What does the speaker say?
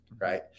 Right